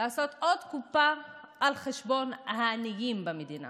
לעשות עוד קופה על חשבון העניים במדינה,